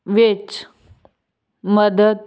ਵਿੱਚ ਮਦਦ